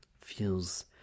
Feels